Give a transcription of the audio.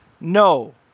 no